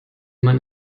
man